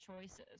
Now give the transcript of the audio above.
choices